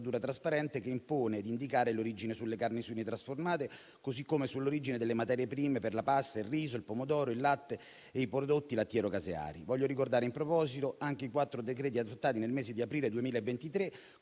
trasparente, che impone di indicare l'origine sulle carni suine trasformate, così come sull'origine delle materie prime per la pasta, il riso, il pomodoro, il latte e i prodotti lattiero-caseari. Voglio ricordare in proposito anche i quattro decreti adottati nel mese di aprile 2023, con